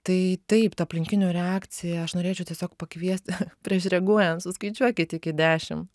tai taip ta aplinkinių reakcija aš norėčiau tiesiog pakviesti prieš reaguojant suskaičiuokit iki dešimt